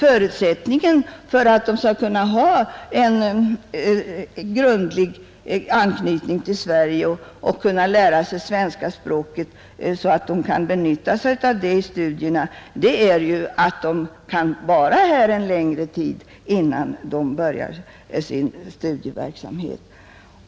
Förutsättningen för att de skall kunna få en grundlig anknytning till Sverige och lära sig svenska språket så att de kan använda sig av det i studierna är ju att de vistas här en längre tid innan de påbörjar sin studieverksamhet.